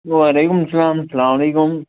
وعلیکُم سلامُ سَلام علیکُم